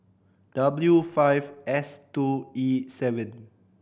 W five S two E seven